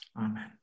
Amen